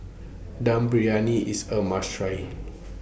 Dum Briyani IS A must Try